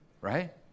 right